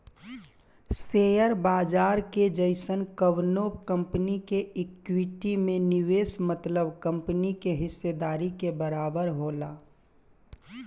share बाजार के जइसन कवनो कंपनी के इक्विटी में निवेश मतलब कंपनी के हिस्सेदारी के बराबर होला